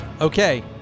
Okay